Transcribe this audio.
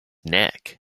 neck